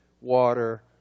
water